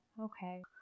okay